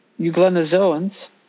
euglenozoans